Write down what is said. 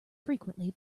frequently